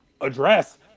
address